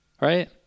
right